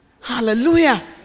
Hallelujah